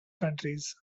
countries